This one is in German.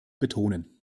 betonen